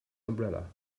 umbrella